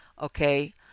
okay